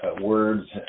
words